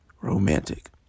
romantic